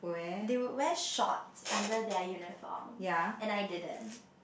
they would wear shorts under their uniform and I didn't